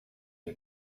ihr